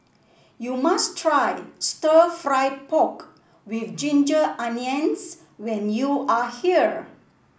you must try stir fry pork with Ginger Onions when you are here